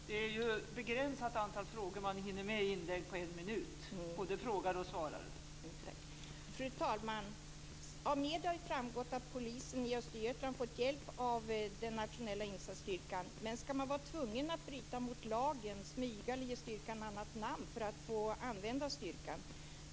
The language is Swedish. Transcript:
Fru talman! Av medierna har framgått att polisen i Östergötland fått hjälp av den nationella insatsstyrkan. Men skall man vara tvungen att bryta mot lagen, smyga eller ge styrkan annat namn för att få använda den?